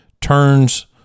turns